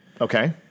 Okay